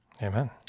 Amen